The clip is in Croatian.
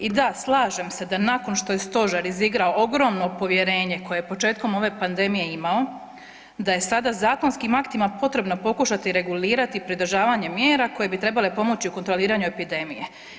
I da slažem se, da nakon što je stožer izigrao ogromno povjerenje koje je početkom ove pandemije imao, da je sada zakonskim aktima potrebno pokušati regulirati pridržavanje mjera koje bi trebale pomoći u kontroliranju epidemije.